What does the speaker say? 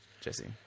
Jesse